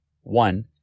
One